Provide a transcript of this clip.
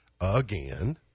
again